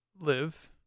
live